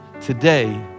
Today